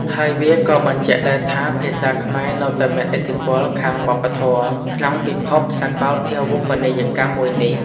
ហើយ វាក៏បញ្ជាក់ដែរថា ភាសាខ្មែរនៅតែមានឥទ្ធិពលខាងវប្បធម៌ក្នុងពិភពសាកលភាវូបនីយកម្មមួយនេះ។